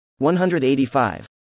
185